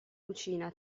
cucina